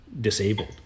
disabled